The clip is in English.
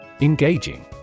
Engaging